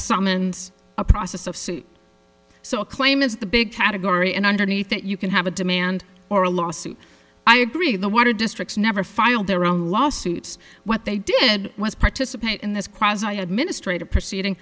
summons a process of suit so a claim is the big category and underneath that you can have a demand or a lawsuit i agree the water districts never filed their own lawsuits what they did was participate in this crisis i had ministre to proceeding